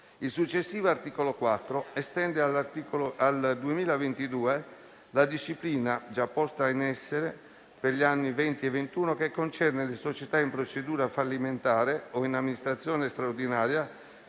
Il successivo articolo 4 estende al 2022 la disciplina già posta in essere per gli anni 2020 e 2021, che concerne le società in procedura fallimentare o in amministrazione straordinaria